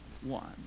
one